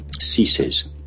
ceases